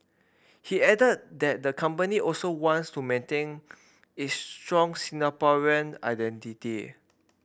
he added that the company also wants to maintain its strong Singaporean identity